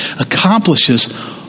accomplishes